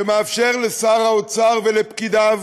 שמאפשר לשר האוצר ולפקידיו